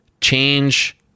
change